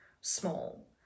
small